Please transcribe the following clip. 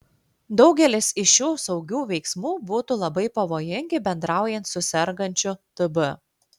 daugelis iš šių saugių veiksmų būtų labai pavojingi bendraujant su sergančiu tb